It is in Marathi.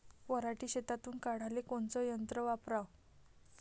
पराटी शेतातुन काढाले कोनचं यंत्र वापराव?